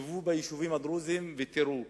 תסתובבו ביישובים הדרוזיים ותראו,